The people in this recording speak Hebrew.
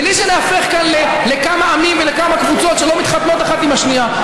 בלי שנהפוך כאן לכמה עמים ולכמה קבוצות שלא מתחתנות אחת עם השנייה,